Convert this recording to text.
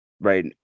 right